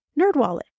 Nerdwallet